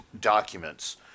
documents